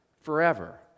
forever